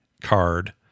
card